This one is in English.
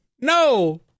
no